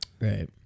Right